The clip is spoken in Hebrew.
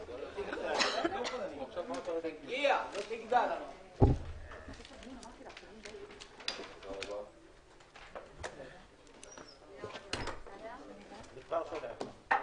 09:57.